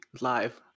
Live